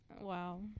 Wow